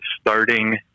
starting